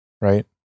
right